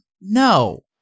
No